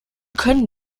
können